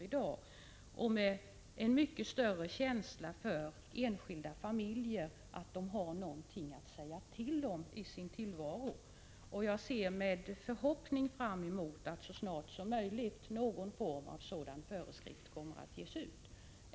Enskilda familjer skulle också få en mycket större känsla av att de har något att säga till om i sin tillvaro. Jag ser med förhoppning fram emot att någon form av sådan föreskrift som jag här har efterlyst kommer att ges ut så snart som möjligt.